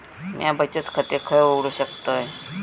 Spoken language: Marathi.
म्या बचत खाते खय उघडू शकतय?